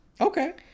Okay